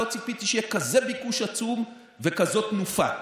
לא ציפיתי שיהיה כזה ביקוש עצום וכזו תנופה.